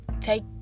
take